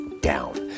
down